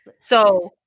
So-